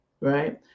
right